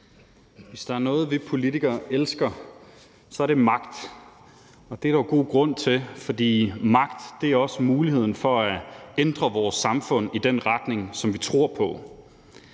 Hvis der er noget, vi politikere elsker, er det magt, og det er der god grund til, for magt er også muligheden for at ændre vores samfund i den retning, som vi tror på.